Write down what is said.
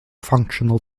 functional